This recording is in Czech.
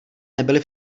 nebyli